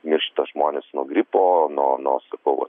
miršta žmonės nuo gripo nuo nuo sakau vat